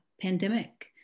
pandemic